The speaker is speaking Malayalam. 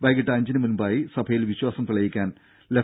വൈകീട്ട് അഞ്ചിന് മുൻപായി സഭയിൽ വിശ്വാസം തെളിയിക്കാൻ ലെഫ്